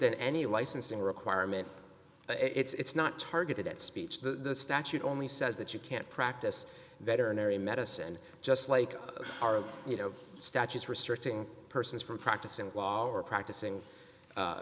than any licensing requirement it's not targeted at speech the statute only says that you can't practice veterinary medicine just like our you know statutes restricting persons from practicing law or practicing